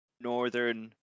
Northern